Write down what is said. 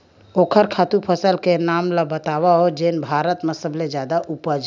ओखर खातु फसल के नाम ला बतावव जेन भारत मा सबले जादा उपज?